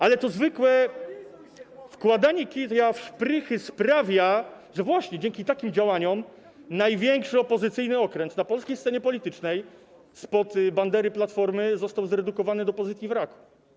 Ale to zwykłe wkładanie kija w szprychy sprawia, że właśnie dzięki takim działaniom największy opozycyjny okręt na polskiej scenie politycznej spod bandery Platformy został zredukowany do pozycji wraka.